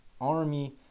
Army